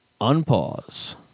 unpause